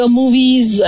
movies